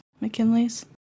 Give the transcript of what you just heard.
McKinley's